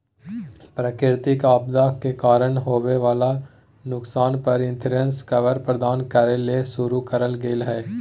प्राकृतिक आपदा के कारण होवई वला नुकसान पर इंश्योरेंस कवर प्रदान करे ले शुरू करल गेल हई